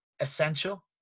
essential